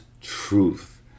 truth